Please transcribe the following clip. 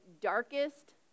darkest